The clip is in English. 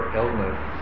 illness